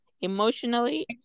Emotionally